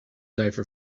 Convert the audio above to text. diver